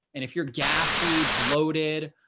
and if you're gassy, bloated,